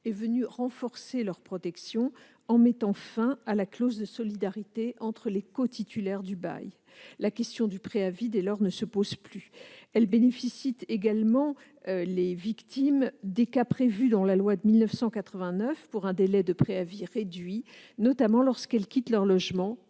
est venue renforcer leur protection en mettant fin à la clause de solidarité entre les cotitulaires du bail. La question du préavis, dès lors, ne se pose plus. Les victimes bénéficient également des cas prévus dans la loi de 1989 pour un délai de préavis réduit, notamment lorsqu'elles quittent leur logement